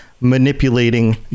manipulating